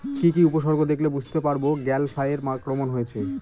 কি কি উপসর্গ দেখলে বুঝতে পারব গ্যাল ফ্লাইয়ের আক্রমণ হয়েছে?